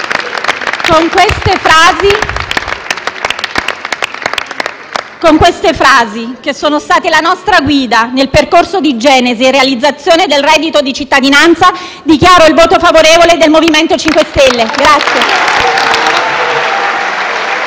Con queste frasi, che sono state la nostra guida nel percorso di genesi e realizzazione del reddito di cittadinanza, dichiaro il voto favorevole del MoVimento 5 Stelle.